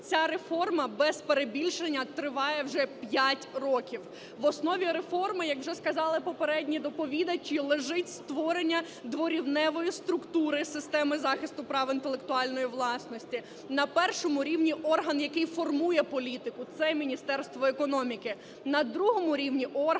Ця реформа, без перебільшення, триває вже 5 років. В основі реформи, як вже сказали попередні доповідачі, лежить створення дворівневої структури системи захисту прав інтелектуальної власності. На першому рівні орган - який формує політику (це Міністерство економіки), на другому рівні - орган, який реалізує політику. Зараз функції